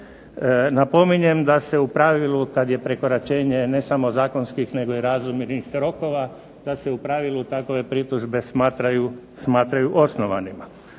Napominjem da se u pravilu kad je prekoračenje ne samo zakonskih nego i razumnih rokova da se u pravilu takve pritužbe smatraju osnovanima.